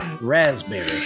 Raspberry